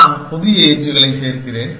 நான் புதிய எட்ஜ்களைச் சேர்க்கிறேன்